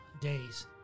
days